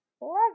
Love